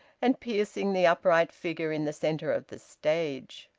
and piercing the upright figure in the centre of the stage.